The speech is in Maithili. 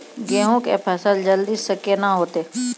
गेहूँ के फसल जल्दी से के ना होते?